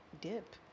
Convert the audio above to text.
dip